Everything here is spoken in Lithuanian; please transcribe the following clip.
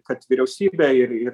kad vyriausybė ir ir